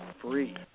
free